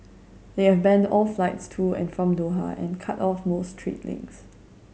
they have banned all flights to and from Doha and cut off most trade links